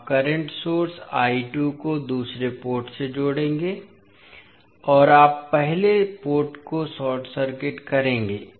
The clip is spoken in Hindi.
आप करंट सोर्स I2 को दूसरे पोर्ट से जोड़ेंगे और आप पहले पोर्ट को शॉर्ट सर्किट करेंगे